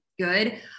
good